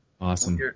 Awesome